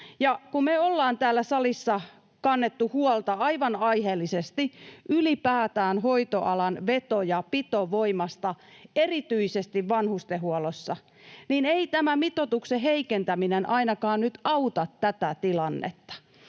Kun me ollaan täällä salissa kannettu huolta aivan aiheellisesti ylipäätään hoitoalan veto- ja pitovoimasta erityisesti vanhustenhuollossa, niin ei tämä mitoituksen heikentäminen ainakaan nyt auta tätä tilannetta.